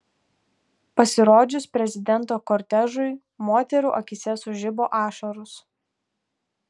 pasirodžius prezidento kortežui moterų akyse sužibo ašaros